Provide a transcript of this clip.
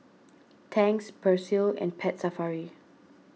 Tangs Persil and Pet Safari